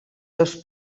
dos